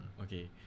Okay